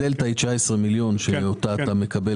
הדלתא היא 19 מיליון שקל, שאותם אתה מקבל.